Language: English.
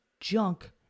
junk